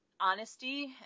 honesty